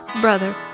brother